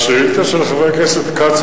השאילתא של חבר הכנסת כץ,